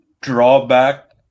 drawback